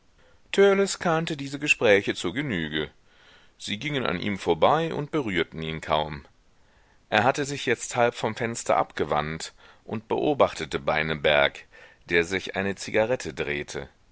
kannte diese gespräche zur genüge sie gingen an ihm vorbei und berührten ihn kaum er hatte sich jetzt halb vom fenster abgewandt und beobachtete beineberg der sich eine zigarette drehte